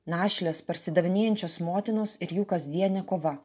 našlės parsidavinėjančios motinos ir jų kasdienė kova